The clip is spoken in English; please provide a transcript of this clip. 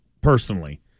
personally